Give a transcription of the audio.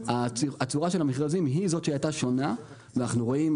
הצורה של המכרזים היא זאת שהייתה שונה ואנחנו רואים,